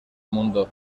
mundo